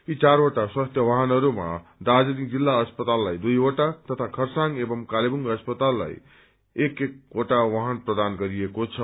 यी चारवआ स्वास्थ्य वहानहरूमा दार्जीलिङ जिल्ला अस्पताललाई दुई वटा तथा खरसाङ एव कालेबुङ अस्पताललाई एक एकवटा वाहन प्रदान गरिएको छ